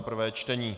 prvé čtení